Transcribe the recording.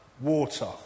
water